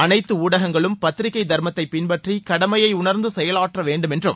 அனைத்து ஊடகங்களும் பத்திரிகை தர்மத்தை பின்பற்றி கடமையை உணர்ந்து செயலாற்ற வேண்டும் என்றும்